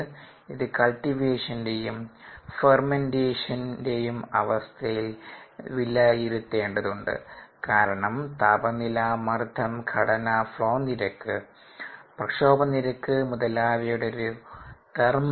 ഇത് കൾടിവേഷന്റെയും ഫെർമെന്റേഷൻ റെയും അവസ്ഥയിൽ വിലയിരുത്തേണ്ടതുണ്ട് കാരണം താപനില മർദ്ദം ഘടന ഫ്ലോ നിരക്ക് പ്രക്ഷോഭ നിരക്ക് മുതലായവയുടെ ഒരു ധർമ്മമാണത്